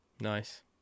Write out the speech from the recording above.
nice